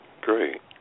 Great